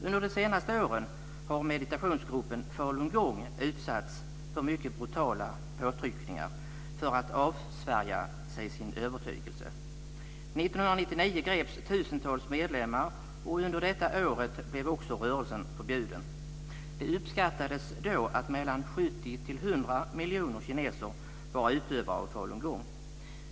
Under de senaste åren har meditationsgruppen falungong utsatts för mycket brutala påtryckningar för att avsvärja sig sin övertygelse. 1999 greps tusentals medlemmar, och under detta år blev rörelsen också förbjuden. Det uppskattades då att 70-100 miljoner kineser var utövare av falungong.